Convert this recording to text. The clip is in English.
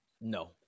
No